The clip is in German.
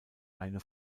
eine